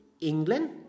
England